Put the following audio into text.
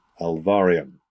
Alvarium